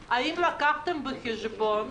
זה דברים שאנחנו גם מבהירים לחברי כנסת בתחילת כהונתם.